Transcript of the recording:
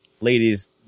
ladies